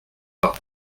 pas